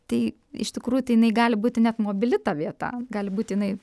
tai iš tikrųjų tai jinai gali būti net mobili ta vieta gali būti jinai